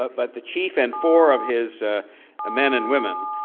but but the chief and four of his men and women.